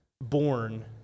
born